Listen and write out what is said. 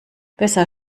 besser